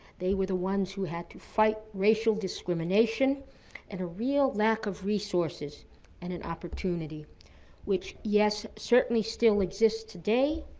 they were the ones who had to fight racial discrimination and a real lack of resources and an opportunity which, yes, certainly still exists today,